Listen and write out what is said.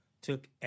took